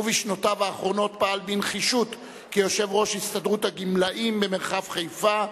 ובשנותיו האחרונות פעל בנחישות כיושב-ראש הסתדרות הגמלאים במרחב חיפה,